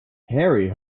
harry